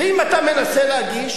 ואם אתה מנסה להגיש,